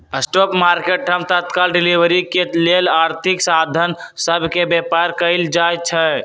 spot market हम तत्काल delivery के लेल आर्थिक साधन सभ के व्यापार कयल जाइ छइ